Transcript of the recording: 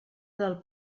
del